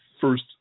first